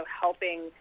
helping